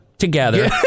together